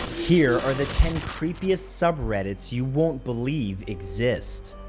here are the ten creepiest subreddits you won't believe exist.